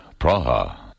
Praha